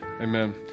Amen